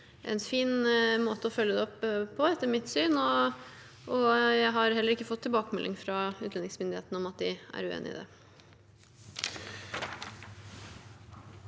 en fin måte å følge det opp på, etter mitt syn. Jeg har heller ikke fått tilbakemelding fra utlendingsmyndighetene om at de er uenig i det.